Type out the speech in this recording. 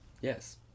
yes